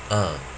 ah